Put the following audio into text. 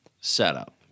setup